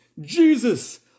Jesus